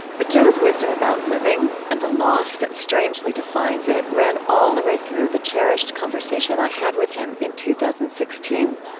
but joe's wisdom about living, and the loss that strangely defines it, ran all the way through the cherished conversation i had with him in two thousand and sixteen.